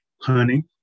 honey